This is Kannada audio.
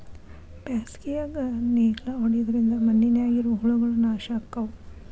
ಬ್ಯಾಸಿಗ್ಯಾಗ ನೇಗ್ಲಾ ಹೊಡಿದ್ರಿಂದ ಮಣ್ಣಿನ್ಯಾಗ ಇರು ಹುಳಗಳು ನಾಶ ಅಕ್ಕಾವ್